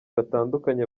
batandukanye